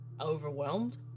overwhelmed